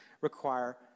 require